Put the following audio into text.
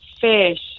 fish